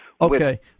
Okay